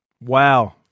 Wow